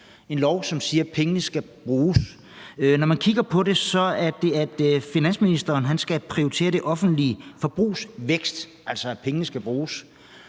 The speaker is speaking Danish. en lov, som siger, at pengene skal bruges. Når man kigger på det, fremgår det, at finansministeren skal prioritere det offentliges forbrugsvækst, altså at pengene skal bruges.